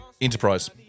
Enterprise